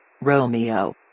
Romeo